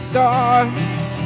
stars